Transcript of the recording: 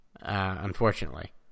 unfortunately